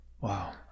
Wow